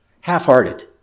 half-hearted